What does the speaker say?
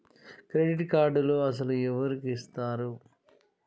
Credit కార్డులు అసలు ఎవరికి ఇస్తారు?